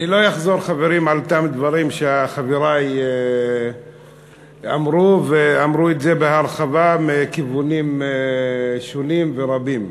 אני לא אחזור על כמה דברים שחברי אמרו בהרחבה מכיוונים שונים ורבים.